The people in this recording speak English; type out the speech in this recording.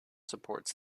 supports